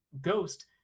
ghost